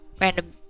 random